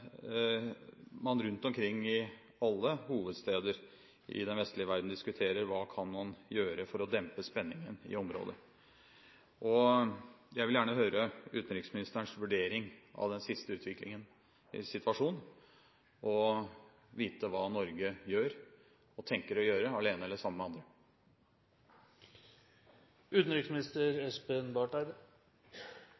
man rundt omkring i alle hovedsteder i den vestlige verden diskuterer hva man kan gjøre for å dempe spenningen i området. Jeg vil gjerne høre utenriksministerens vurdering av den siste utviklingen i situasjonen og vite hva Norge gjør, og tenker å gjøre, alene eller sammen med andre.